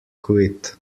quit